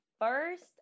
first